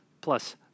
plus